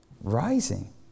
rising